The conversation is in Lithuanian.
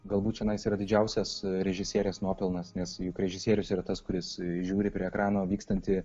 galbūt čionais yra didžiausias režisieriaus nuopelnas nes juk režisierius yra tas kuris žiūri prie ekrano vykstantį